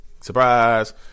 surprise